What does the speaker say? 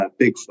Bigfoot